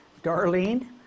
Darlene